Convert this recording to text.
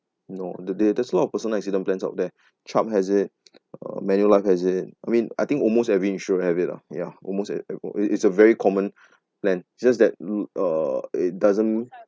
no the there there's a lot of personal accident plans out there Chubb has it uh Manulife has it I mean I think almost every insurance have it ah yeah almost at it uh uh it is a very common plan just that it uh it doesn't